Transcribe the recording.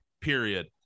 Period